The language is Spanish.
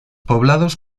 poblados